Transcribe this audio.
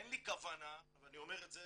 אין לי כוונה, ואני אומר את זה